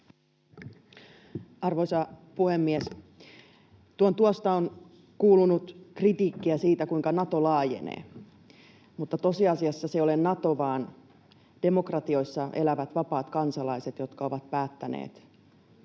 Arvoisa puhemies! Tuon tuosta on kuulunut kritiikkiä siitä, kuinka Nato laajenee, mutta tosiasiassa se ei ole Nato, vaan demokratioissaan elävät vapaat kansalaiset, jotka ovat päättäneet